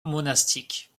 monastique